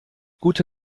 gute